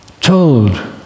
told